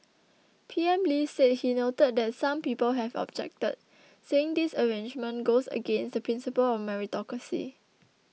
P M Lee said he noted that some people have objected saying this arrangement goes against the principle of meritocracy